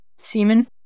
semen